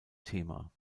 thema